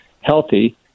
healthy